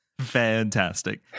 fantastic